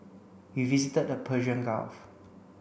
we visited the Persian Gulf